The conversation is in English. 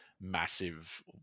massive